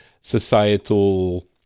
societal